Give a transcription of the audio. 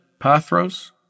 Pathros